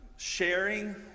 Sharing